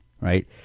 right